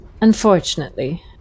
Unfortunately